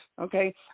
okay